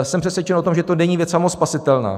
Jsem přesvědčen o tom, že to není věc samospasitelná.